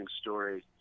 story